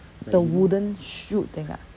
the wooden shoot thing ah